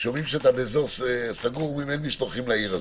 שכששומעים שאתה באזור סגור אומרים לך: אין משלוחים לעיר הזו.